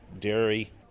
dairy